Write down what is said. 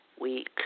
week